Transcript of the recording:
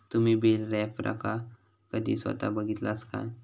तुम्ही बेल रॅपरका कधी स्वता बघितलास काय?